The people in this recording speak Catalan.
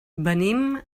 venim